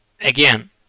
again